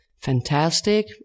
Fantastic